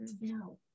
No